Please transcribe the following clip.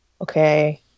Okay